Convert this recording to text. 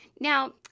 Now